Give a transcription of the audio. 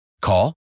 Call